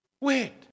wait